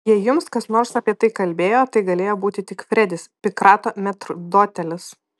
jei jums kas nors apie tai kalbėjo tai galėjo būti tik fredis pikrato metrdotelis